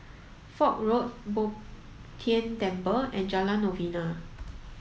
Foch Road Bo Tien Temple and Jalan Novena